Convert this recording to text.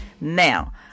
Now